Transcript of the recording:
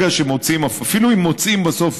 אפילו אם מוצאים בסוף